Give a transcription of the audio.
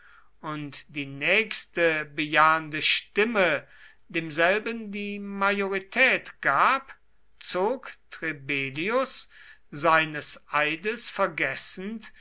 und die nächste bejahende stimme demselben die majorität gab zog trebellius seines eides vergessend